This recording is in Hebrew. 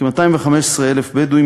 כ-215,000 בדואים,